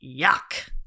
yuck